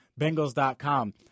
Bengals.com